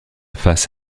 face